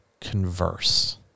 converse